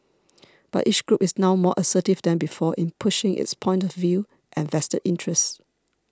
but each group is now more assertive than before in pushing its point of view and vested interests